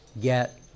get